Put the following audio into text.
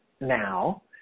now